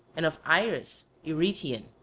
and of irus eurytion.